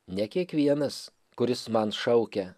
ne kiekvienas kuris man šaukia